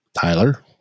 Tyler